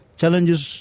challenges